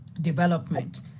development